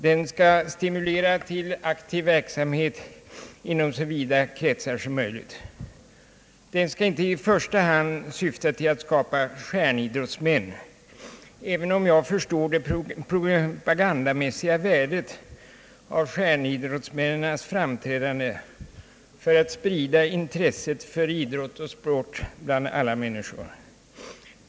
Den skall stimulera till en aktiv verksamhet inom så vida kretsar som möjligt. Den skall inte i första hand syfta till att skapa stjärnidrottsmän, även om jag förstår det propagandamässiga värdet i deras framträdande när det gäller att sprida intresset för idrott och sport bland alla människor.